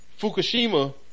Fukushima